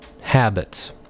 habits